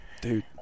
dude